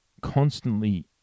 constantly